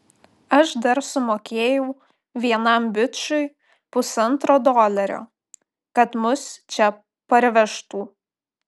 aš dar sumokėjau vienam bičui pusantro dolerio kad mus čia parvežtų